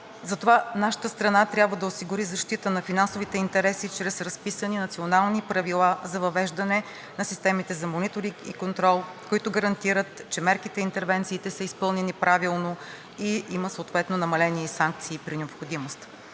Затова нашата страна трябва да осигури защита на финансовите интереси чрез разписани национални правила за въвеждане на системите за мониторинг и контрол, които гарантират, че мерките и интервенциите са изпълнени правилно и има съответно намаления и санкции при необходимост.